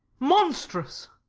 monstrous.